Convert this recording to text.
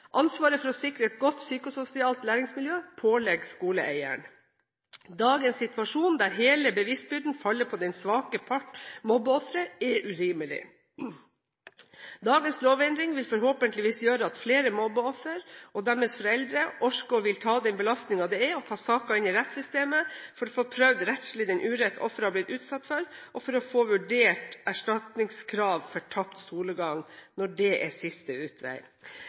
Ansvaret for å sikre et godt psykososialt læringsmiljø påligger skoleeier. Dagens situasjon der hele bevisbyrden faller på den svake part, mobbeofferet, er urimelig. Dagens lovendring vil forhåpentligvis gjøre at flere mobbeofre og deres foreldre orker og vil ta den belastningen det er å ta saken inn i rettssystemet – for å få prøvd rettslig den urett offeret har blitt utsatt for, og for å få vurdert erstatningskrav for tapt skolegang når det er siste utvei.